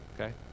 okay